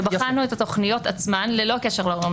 בחנו את התוכניות עצמן ללא קשר להורים העצמאיים.